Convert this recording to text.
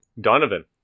Donovan